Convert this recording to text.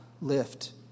lift